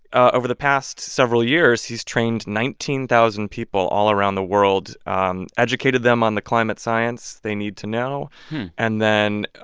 ah over the past several years, he's trained nineteen thousand people all around the world, educated them on the climate science they need to know and then,